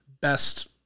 best